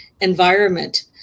environment